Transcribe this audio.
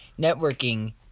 Networking